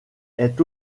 est